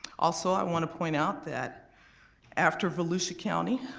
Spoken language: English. also i wanna point out that after volusia county,